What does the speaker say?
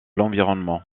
l’environnement